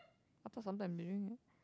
I thought sometimes you drink it